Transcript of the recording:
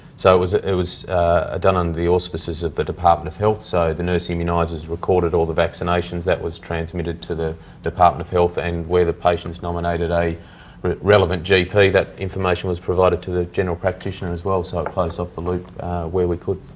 so it was it was ah done under the auspices of the department of health, so the nurse immunisers recorded all the vaccinations, that was transmitted to the department of health, and where the patients nominated a relevant gp, that information was provided to the general practitioner as well, so it closed off the loop where we could.